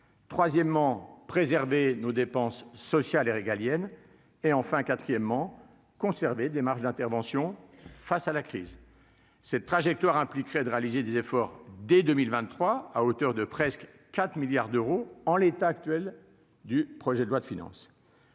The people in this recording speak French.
troisièmement, préserver nos dépenses sociales et régaliennes et enfin quatrièmement conserver des marges d'intervention face à la crise cette trajectoire impliquerait de réaliser des efforts dès 2023 à hauteur de presque 4 milliards d'euros en l'état actuel du projet de loi de finances.